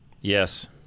Yes